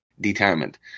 determined